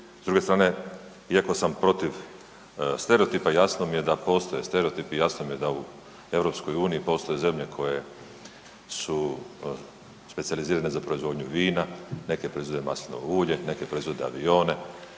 S druge strane iako sam protiv stereotipa jasno mi je da postoje stereotipi, jasno mi je da u EU postoje zemlje koje su specijalizirane za proizvodnju vina, neke proizvode maslinovo ulje, neke proizvode avione,